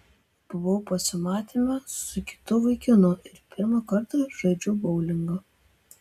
buvau pasimatyme su kitu vaikinu ir pirmą kartą žaidžiau boulingą